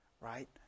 right